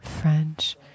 French